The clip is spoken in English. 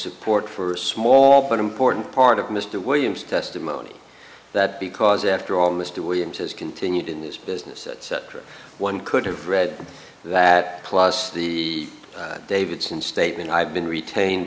support for a small but important part of mr williams testimony that because after all mr williams has continued in this business etc one could have read that plus the davidson statement i have been retain